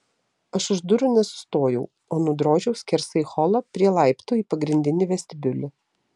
aš už durų nesustojau o nudrožiau skersai holą prie laiptų į pagrindinį vestibiulį